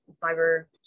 fiber